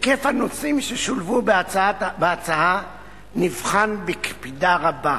היקף הנושאים ששולבו בהצעה נבחן בקפידה רבה.